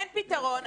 אין פתרון,